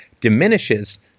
diminishes